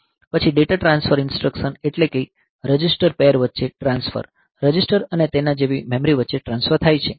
પછી data transfer instruction એટલેકે register pair વચ્ચે ટ્રાન્સફર રજિસ્ટર અને તેના જેવી મેમરી વચ્ચે ટ્રાન્સફર થાય છે